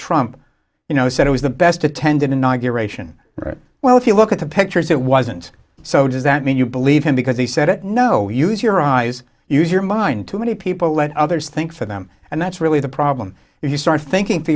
trump you know said it was the best attended inauguration or well if you look at the pictures it wasn't so does that mean you believe him because he said it no use your eyes use your mind to many people let others think for them and that's really the problem if you start thinking